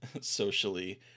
socially